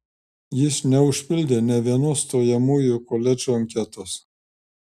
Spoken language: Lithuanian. jis neužpildė nė vienos stojamųjų į koledžą anketos